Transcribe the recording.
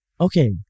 Okay